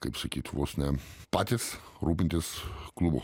kaip sakyt vos ne patys rūpintis klubu